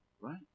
Right